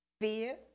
fear